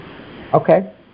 Okay